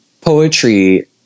poetry